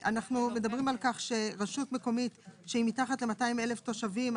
מדברים על זה שרשות מקומית שהיא מתחת ל-200,000 תושבים,